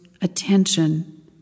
attention